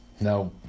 No